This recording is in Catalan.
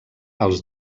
els